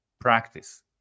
practice